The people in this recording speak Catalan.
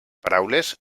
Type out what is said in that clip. paraules